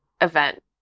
event